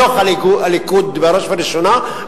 בתוך הליכוד בראש ובראשונה,